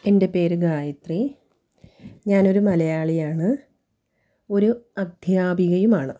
എൻ്റെ പേര് ഗായത്രി ഞാനൊരു മലയാളി ആണ് ഒരു അദ്ധ്യാപികയുമാണ്